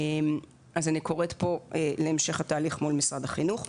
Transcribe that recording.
אני קוראת פה להמשך התהליך מול משרד החינוך.